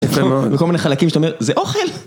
וכל מיני חלקים, שאתה אומר, זה אוכל!